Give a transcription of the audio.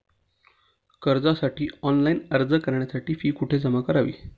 कर्जासाठी ऑनलाइन अर्ज करण्यासाठी फी कुठे जमा करावी?